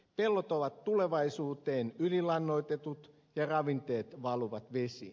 pellot ovat tulevaisuuteen ylilannoitetut ja ravinteet valuvat vesiin